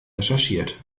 recherchiert